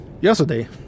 yesterday